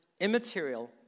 immaterial